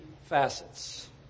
facets